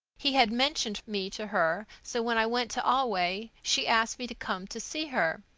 he had mentioned me to her, so when i went to allway she asked me to come to see her.